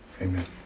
Amen